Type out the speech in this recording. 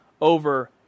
over